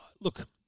Look